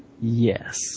Yes